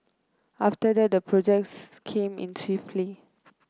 after that the projects came in swiftly